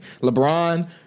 LeBron